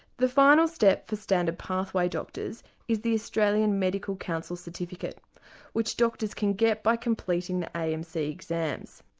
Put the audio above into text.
the final step for standard pathway doctors is the australian medical council certificate which doctors can get by completing the amc exams.